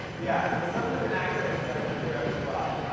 yeah so some of the vernacular started to clear up as well.